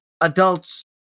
adults